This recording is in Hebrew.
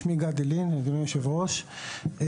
אני אדבר בקצרה.